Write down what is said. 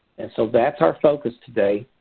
and so that's our focus today.